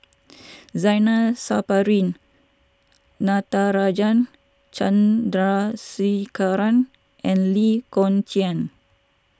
Zainal Sapari Natarajan Chandrasekaran and Lee Kong Chian